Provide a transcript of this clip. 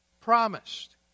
promised